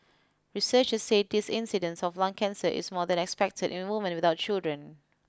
researchers said this incidence of lung cancer is more than expected in woman without children